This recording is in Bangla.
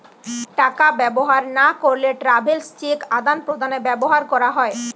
টাকা ব্যবহার না করলে ট্রাভেলার্স চেক আদান প্রদানে ব্যবহার করা হয়